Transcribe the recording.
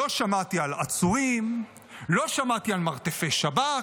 לא שמעתי על עצורים, לא שמעתי על מרתפי שב"כ,